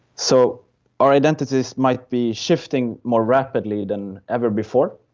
so our identities might be shifting more rapidly than ever before.